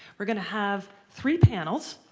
we're going to have three panels.